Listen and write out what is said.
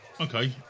Okay